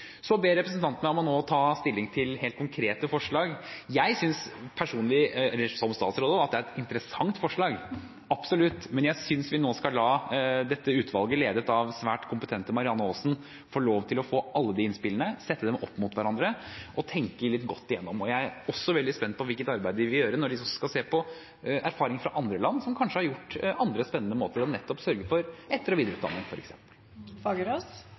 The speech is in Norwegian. Så ber representanten meg om nå å ta stilling til helt konkrete forslag. Jeg synes personlig, og som statsråd også, at det er et interessant forslag, absolutt. Men jeg synes vi nå skal la dette utvalget, ledet av svært kompetente Marianne Aasen, få lov til å få alle innspillene, sette dem opp mot hverandre og tenke dette litt godt igjennom. Jeg er også veldig spent på hvilket arbeid de vil gjøre når de skal se på erfaringer fra andre land, som kanskje har gjort det på andre, spennende måter, og nettopp sørget for etter- og videreutdanning,